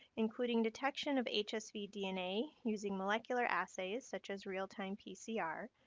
including detection of hsv dna using molecular assays such as real-time pcr.